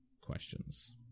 questions